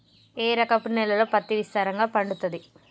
ఏ రకపు నేలల్లో పత్తి విస్తారంగా పండుతది?